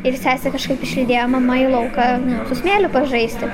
ir sesę kažkaip išlydėjo mama į lauką nu su smėliu pažaisti